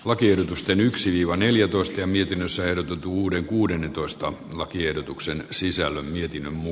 lakiehdotusten yksiviivaneljätoista mietinnössä ei totuuden kuudennentoista lakiehdotuksen sisällön jokin muu